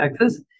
Texas